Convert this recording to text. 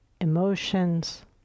emotions